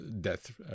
death